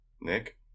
Nick